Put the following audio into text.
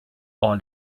all